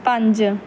ਪੰਜ